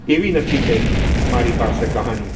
એવી નથી કંઈ મારી પાસે કહાની